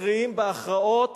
מכריעים בהכרעות